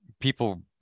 people